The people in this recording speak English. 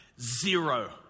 Zero